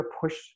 push